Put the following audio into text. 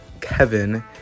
kevin